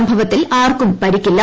സംഭവത്തിൽ ആർക്കും പരിക്കില്ല